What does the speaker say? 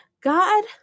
God